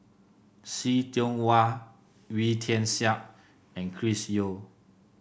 See Tiong Wah Wee Tian Siak and Chris Yeo